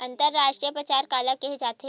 अंतरराष्ट्रीय बजार काला कहे जाथे?